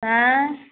हँइ